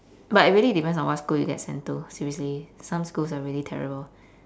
but it really depends on what school you get sent to seriously some schools are really terrible